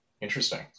Interesting